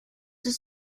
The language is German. des